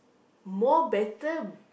more better